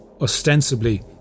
Ostensibly